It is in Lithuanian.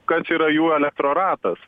kas yra jų elektroratas